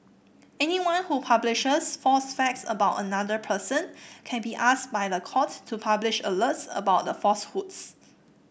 anyone who publishes false facts about another person can be asked by the court to publish alerts about the falsehoods